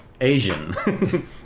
Asian